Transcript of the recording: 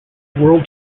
world